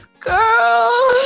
Girl